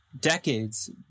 decades